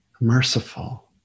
merciful